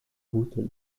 voeten